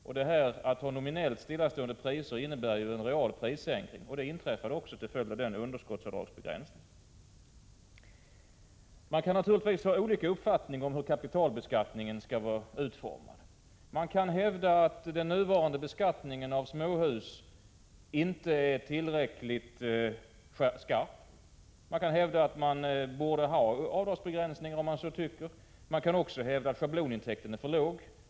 Att ha nominellt stillastående priser innebär en real prissänkning. Detta inträffade också till följd av underskottsavdragsbegränsningen. Man kan naturligtvis ha olika uppfattningar om hur kapitalbeskattningen skall vara utformad. Man kan hävda att den nuvarande beskattningen av småhus inte är tillräckligt skärpt. Man kan hävda att det borde finnas en avdragsbegränsning. Man kan också hävda att schablonintäkten är för låg.